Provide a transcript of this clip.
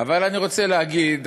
אבל אני רוצה להגיד,